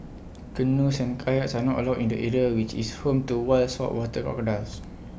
canoes and kayaks are not allowed in the area which is home to wild saltwater crocodiles